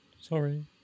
Sorry